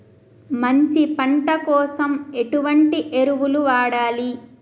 మంచి పంట కోసం ఎటువంటి ఎరువులు వాడాలి?